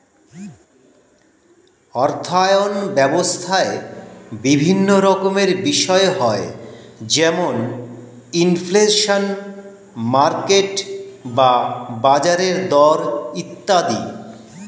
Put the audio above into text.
অর্থায়ন ব্যবস্থায় বিভিন্ন রকমের বিষয় হয় যেমন ইনফ্লেশন, মার্কেট বা বাজারের দর ইত্যাদি